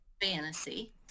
fantasy